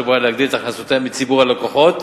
שבאה להגדיל את הכנסותיה מציבור הלקוחות.